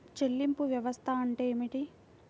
చెల్లింపు వ్యవస్థ అంటే ఏమిటి?